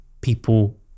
people